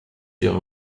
your